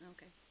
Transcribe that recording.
Okay